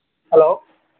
hello